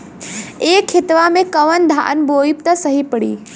ए खेतवा मे कवन धान बोइब त सही पड़ी?